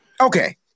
Okay